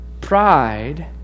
Pride